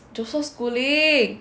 joseph schooling